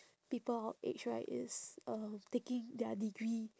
people our age right is uh taking their degree